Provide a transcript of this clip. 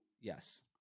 yes